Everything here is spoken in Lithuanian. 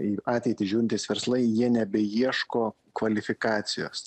į ateitį žiūrintys verslai jie nebeieško kvalifikacijos